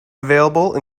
available